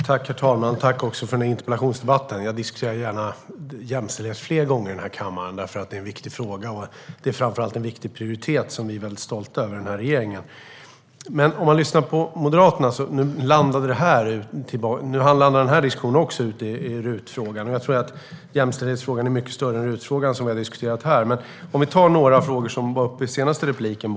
Herr talman! Jag tackar för interpellationsdebatten. Jag diskuterar gärna jämställdhet fler gånger i den här kammaren, för det är en viktig fråga. Framför allt är det en viktig prioritet som vi är väldigt stolta över i den här regeringen. Nu landade även den här diskussionen i RUT-frågan. Jag tror att jämställdhetsfrågan är mycket större än RUT-frågan, som vi har diskuterat här. Vi kan ta några frågor som var uppe i det senaste inlägget.